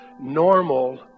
normal